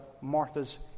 Martha's